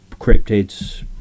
cryptids